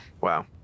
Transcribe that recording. Wow